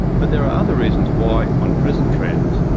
but there are other reasons why, on present trends,